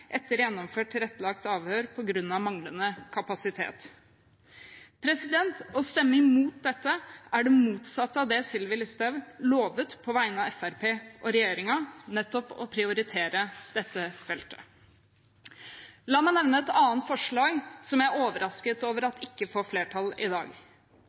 etter gjennomført tilrettelagt avhør på grunn av manglende kapasitet.» Å stemme imot dette er det motsatte av det Sylvi Listhaug lovet på vegne av Fremskrittspartiet og regjeringen: nettopp å prioritere dette feltet. La meg nevne et annet forslag som jeg er overrasket over ikke får flertall i dag: